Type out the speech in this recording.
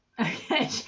Okay